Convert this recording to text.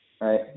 Right